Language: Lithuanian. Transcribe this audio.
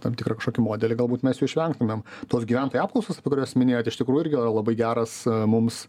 tam tikrą kažkokį modelį galbūt mes jų išvengtumėm tos gyventojų apklausos apie kurias minėjot iš tikrųjų irgi yra labai geras mums